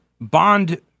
bond